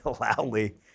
loudly